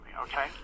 Okay